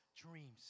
dreams